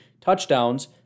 Touchdowns